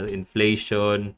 inflation